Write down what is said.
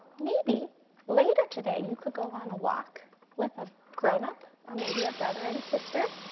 maybe later today you could go on a walk with a grown up or maybe a brother and sister